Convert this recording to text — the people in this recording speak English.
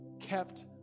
kept